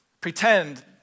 pretend